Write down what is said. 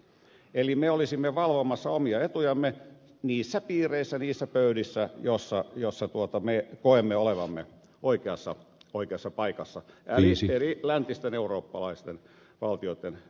eli me olisimme valvomassa omia etujamme niissä piireissä niissä pöydissä joissa me koemme olevamme oikeassa paikassa läntisten eurooppalaisten valtioitten yhteisössä